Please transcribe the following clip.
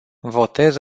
votez